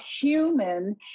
human